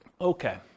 Okay